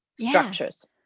structures